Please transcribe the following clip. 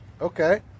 Okay